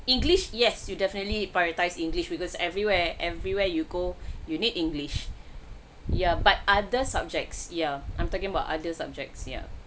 english yes you definitely prioritize english because everywhere everywhere you go you need english yah but other subjects ya I'm talking about other subjects yeah